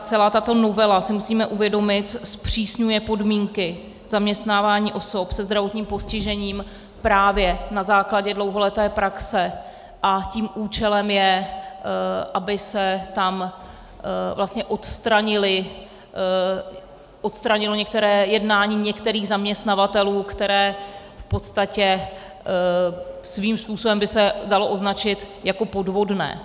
Celá tato novela, to si musíme uvědomit, zpřísňuje podmínky zaměstnávání osob se zdravotním postižením právě na základě dlouholeté praxe a účelem je, aby se tam vlastně odstranilo jednání některých zaměstnavatelů, které v podstatě svým způsobem by se dalo označit jako podvodné.